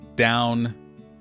down